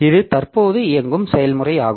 இது தற்போது இயங்கும் செயல்முறையாகும்